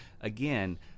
again